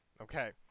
Okay